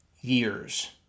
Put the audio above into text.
years